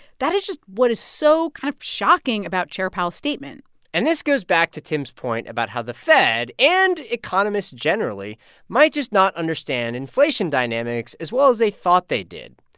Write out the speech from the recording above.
that is just what is so kind of shocking about chair powell's statement and this goes back to tim's point about how the fed and economists generally might just not understand inflation dynamics as well as they thought they did.